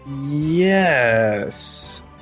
Yes